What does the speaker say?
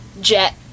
jet